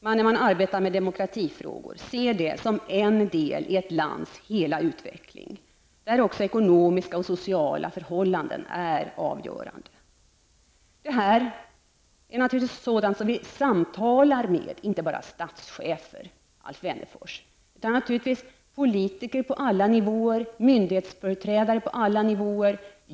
man när man arbetar med demokratifrågor se detta som en del i ett lands hela utveckling, där också ekonomiska och sociala förhållanden är avgörande. Detta samtalar vi naturligtvis om, inte bara med statschefer, Alf Wennerfors, utan naturligtvis även med politiker på alla nivåer och med företrädare för myndigheter.